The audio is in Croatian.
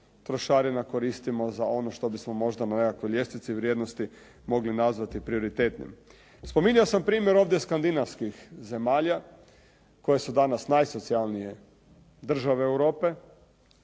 trošarina koristimo za ono što bismo možda na nekakvoj ljestvici vrijednosti mogli nazvati prioritetnim. Spominjao se primjer ovdje skandinavskih zemalja koje su danas najsocijalnije države Europe,